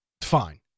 fine